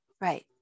right